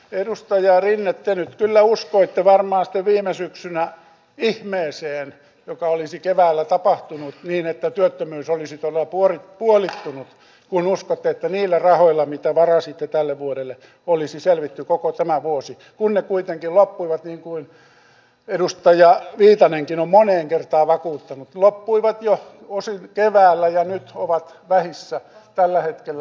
edustaja rinne te nyt kyllä uskoitte varmaan sitten viime syksynä ihmeeseen joka olisi keväällä tapahtunut niin että työttömyys olisi todella puolittunut kun uskoitte että niillä rahoilla mitä varasitte tälle vuodelle olisi selvitty koko tämä vuosi kun ne kuitenkin loppuivat niin kuin edustaja viitanenkin on moneen kertaan vakuuttanut loppuivat jo osin keväällä ja nyt ovat vähissä tällä hetkellä